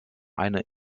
eine